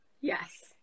Yes